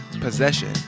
possession